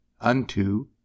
unto